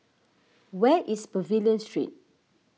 where is Pavilion Street